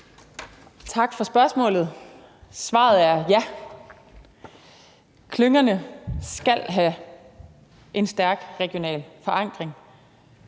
Tak for spørgsmålet. Svaret er ja, klyngerne skal have en stærk regional forankring,